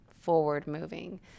forward-moving